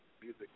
music